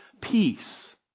Peace